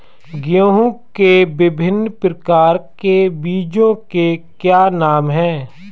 गेहूँ के विभिन्न प्रकार के बीजों के क्या नाम हैं?